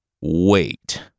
Wait